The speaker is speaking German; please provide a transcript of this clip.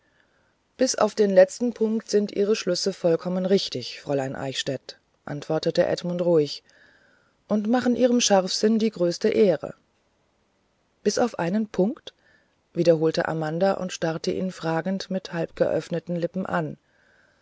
bis auf den letzten punkt sind ihre schlüsse vollkommen richtig fräulein eichstädt antwortete edmund ruhig und machen ihrem scharfsinn die größte ehre bis auf einen punkt wiederholte amanda und starrte ihn fragend mit halbgeöffneten lippen an